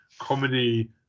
comedy